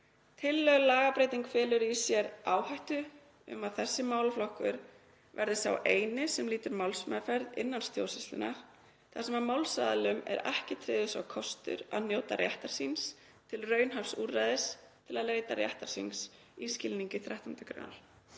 Tillögð lagabreyting felur í sér áhættu um að þessi málaflokkur verði sá eini sem lýtur málsmeðferð innan stjórnsýslunnar þar sem málsaðilum er ekki tryggður sá kostur að njóta réttar síns til raunhæfs úrræðis til að leita réttar síns í skilningi 13. gr.